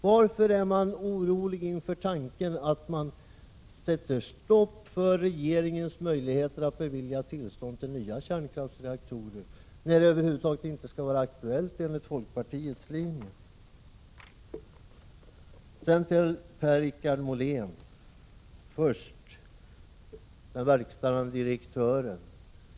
Varför är man inom folkpartiet orolig inför tanken att man sätter stopp för regeringens möjligheter att bevilja tillstånd till nya kärnkraftsreaktorer, när några sådana över huvud taget inte skall vara aktuella enligt folkpartiets linje? Till Per-Richard Molén vill jag säga följande beträffande den verkställande direktören.